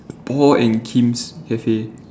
Paul and Kim's cafe